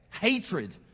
hatred